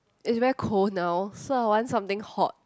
is very cold now so I want something hot